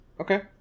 Okay